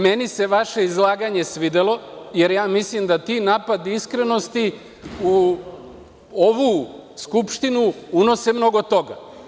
Meni se vaše izlaganje svidelo, jer ja mislim da ti napadi iskrenosti u ovu Skupštinu unose mnogo toga.